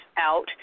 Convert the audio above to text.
out